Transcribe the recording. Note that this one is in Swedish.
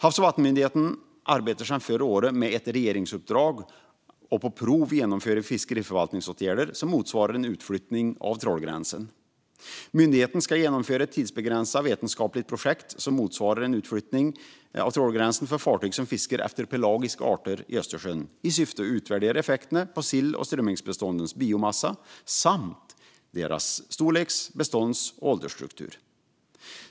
Havs och vattenmyndigheten arbetar sedan förra året med ett regeringsuppdrag att på prov genomföra fiskeriförvaltningsåtgärder som motsvarar en utflyttning av trålgränsen. Myndigheten ska genomföra ett tidsbegränsat vetenskapligt projekt som motsvarar en utflyttning av trålgränsen för fartyg som fiskar efter pelagiska arter i Östersjön i syfte att utvärdera effekterna på sill och strömmingsbeståndens biomassa samt deras storleks-, bestånds och åldersstruktur.